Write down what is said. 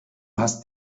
hast